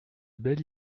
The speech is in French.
belle